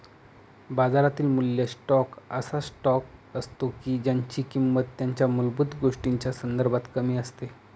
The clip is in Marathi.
बाजारातील मूल्य स्टॉक असा स्टॉक असतो की ज्यांची किंमत त्यांच्या मूलभूत गोष्टींच्या संदर्भात कमी असते